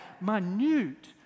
minute